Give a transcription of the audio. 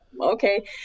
okay